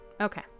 Okay